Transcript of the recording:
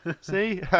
See